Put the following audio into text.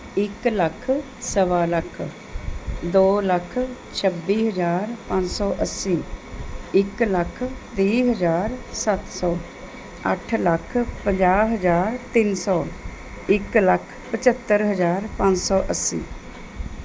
ਇਕ ਲੱਖ ਸਵਾ ਲੱਖ ਦੋ ਲੱਖ ਛੱਬੀ ਹਜ਼ਾਰ ਪੰਜ ਸੌ ਅੱਸੀ ਇੱਕ ਲੱਖ ਤੀਹ ਹਜ਼ਾਰ ਸੱਤ ਸੌ ਅੱਠ ਲੱਖ ਪੰਜਾਹ ਹਜ਼ਾਰ ਤਿੰਨ ਸੌ ਇੱਕ ਲੱਖ ਪਝੱਤਰ ਹਜ਼ਾਰ ਪੰਜ ਸੌ ਅੱਸੀ